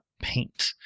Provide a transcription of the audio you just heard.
paint